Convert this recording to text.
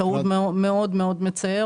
זאת טעות מאוד מאוד מצערת,